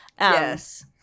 Yes